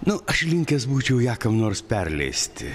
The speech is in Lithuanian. nu aš linkęs būčiau ją kam nors perleisti